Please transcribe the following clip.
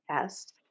test